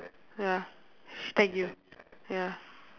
ya she tag you ya